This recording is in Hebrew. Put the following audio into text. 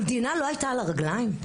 המדינה לא הייתה על הרגליים?